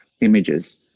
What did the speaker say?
images